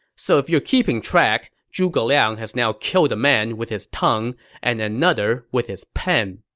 so if you're keeping track, zhuge liang has now killed a man with his tongue and another with his pen.